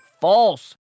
false